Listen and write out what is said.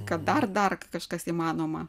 kad dar dar kažkas įmanoma